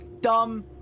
Dumb